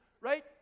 right